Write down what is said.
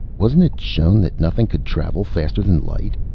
wasn't it shown that nothing could travel faster than light?